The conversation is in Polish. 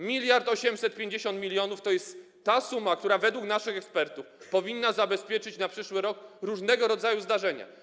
1850 mln to jest ta suma, która według naszych ekspertów powinna zabezpieczyć na przyszły rok różnego rodzaju zdarzenia.